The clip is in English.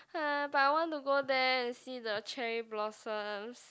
[huh] but I want to go there and see the cherry blossoms